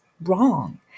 wrong